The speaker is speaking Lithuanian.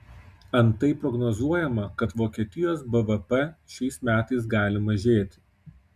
antai prognozuojama kad vokietijos bvp šiais metais gali mažėti